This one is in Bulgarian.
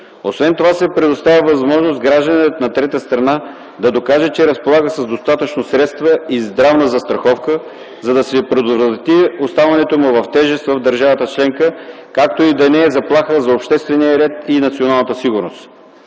Освен това се предоставя възможност гражданинът на трета страна да докаже, че разполага с достатъчно средства и здравна застраховка, за да се предотврати оставането му в тежест в държавата членка, както и че не е заплаха за обществения ред и националната сигурност.